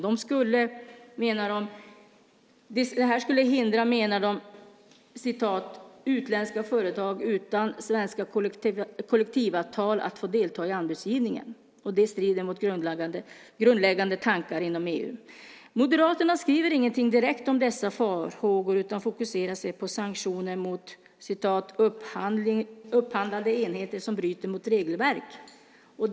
Det skulle, menar de, "hindra utländska företag utan svenska kollektivavtal att få delta i anbudsgivningen". Det strider mot grundläggande tankar inom EU. Moderaterna skriver ingenting direkt om dessa farhågor utan fokuserar på sanktioner mot "upphandlande enheter som bryter mot regelverket".